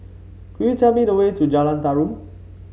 could you tell me the way to Jalan Tarum